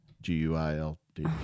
G-U-I-L-D